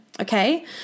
okay